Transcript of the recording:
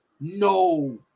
No